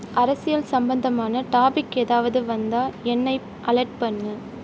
அரசியல் சம்பந்தமான டாபிக் ஏதாவது வந்தால் என்னை அலர்ட் பண்ணு